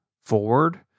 forward